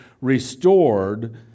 restored